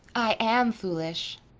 i am foolish.